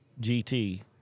GT